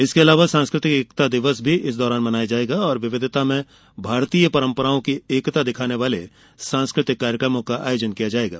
इसके अलावा सांस्कृतिक एकता दिवस भी इस दौरान मनाया जाएगा और विविधता में भारतीय परंपराओं की एकता दिखाने वाले सांस्कृतिक कार्यक्रमों का आयोजन किया जाएगा